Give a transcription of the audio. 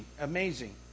amazing